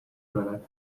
برد